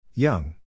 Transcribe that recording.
Young